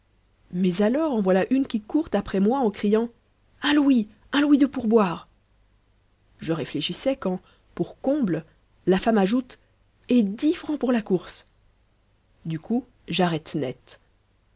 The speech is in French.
mais alors en voilà une qui court après moi en criant un louis un louis de pourboire je réfléchissais quand pour comble la femme ajoute et dix francs pour la course du coup j'arrête net